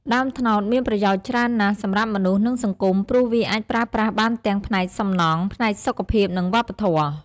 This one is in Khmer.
ដើមត្នោតមានប្រយោជន៍ច្រើនណាស់សម្រាប់មនុស្ស និងសង្គម ព្រោះវាអាចប្រើប្រាស់បានទាំងផ្នែកសំណង់ ផ្នែកសុខភាព និងវប្បធម៌។